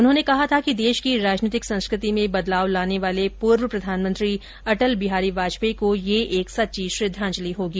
उन्होंने कहा था कि देश की राजनीतिक संस्कृति में बदलाव लाने वाले पूर्व प्रधानमंत्री अटल बिहारी वाजपेयी को ये एक सच्ची श्रद्धांजलि होगी